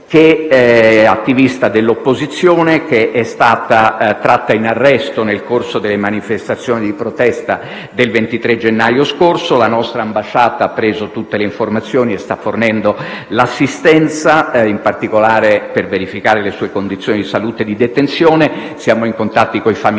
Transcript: Gallo, attivista dell'opposizione, che è stata tratta in arresto nel corso delle manifestazioni di protesta del 23 gennaio scorso. La nostra ambasciata ha preso tutte le informazioni e sta fornendo assistenza, in particolare per verificare le sue condizioni di salute e di detenzione. Siamo in contatto con i familiari